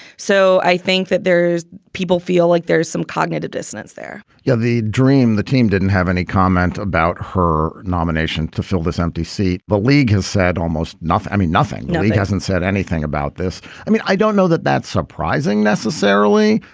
so i think that there's people feel like there's some cognitive dissonance there you know, the dream the team didn't have any comment about her nomination to fill this empty seat. the but league has said almost nothing. i mean, nothing. he hasn't said anything about this. i mean, i don't know that that's surprising necessarily.